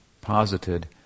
posited